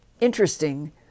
interesting